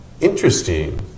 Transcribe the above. Interesting